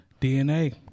DNA